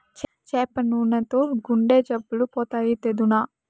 చేప నూనెతో గుండె జబ్బులు పోతాయి, తెద్దునా